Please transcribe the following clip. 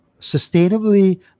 sustainably